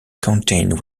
contained